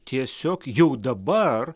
tiesiog jau dabar